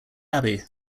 abbey